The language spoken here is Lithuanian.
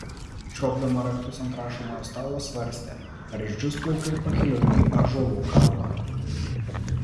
čiuopdama raktus ant rašomojo stalo svarstė ar išdžius plaukai pakeliui į ąžuolų kalvą